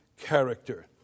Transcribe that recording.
character